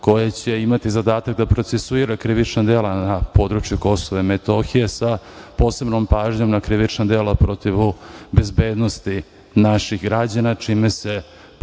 koje će imati zadatak da procesuira krivična dela na području Kosova i Metohije sa posebnom pažnjom na krivična dela protivu bezbednosti naših građana, čime se popunjava